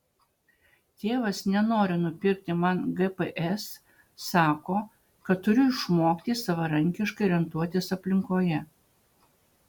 tėvas nenori nupirkti man gps sako kad turiu išmokti savarankiškai orientuotis aplinkoje